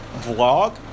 Vlog